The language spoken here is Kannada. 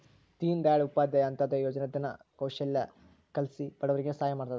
ದೀನ್ ದಯಾಳ್ ಉಪಾಧ್ಯಾಯ ಅಂತ್ಯೋದಯ ಯೋಜನೆ ದಿನ ಕೌಶಲ್ಯ ಕಲ್ಸಿ ಬಡವರಿಗೆ ಸಹಾಯ ಮಾಡ್ತದ